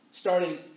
starting